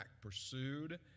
pursued